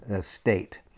state